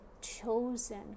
chosen